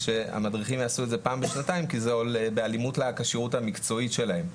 שהמדריכים יעשו את זה פעם בשנתיים כי זה בהלימות לכשירות המקצועית שלהם,